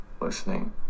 listening